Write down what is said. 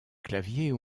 claviers